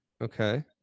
Okay